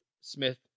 Smith